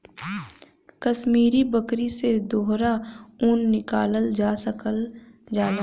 कसमीरी बकरी से दोहरा ऊन निकालल जा सकल जाला